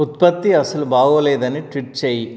ఉత్పత్తి అసలు బాగోలేదని ట్వీట్ చేయి